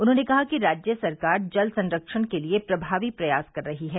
उन्होंने कहा कि राज्य सरकार जल संरक्षण के लिये प्रभावी प्रयास कर रही है